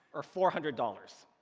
or four hundred dollars.